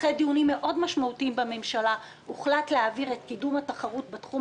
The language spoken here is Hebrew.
אחרי דיונים משמעותיים מאוד בממשלה הוחלט להעביר את קידום התחרות בתחום